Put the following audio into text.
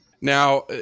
Now